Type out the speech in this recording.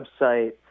website